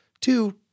Two